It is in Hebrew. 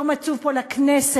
יום עצוב פה לכנסת,